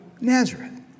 Nazareth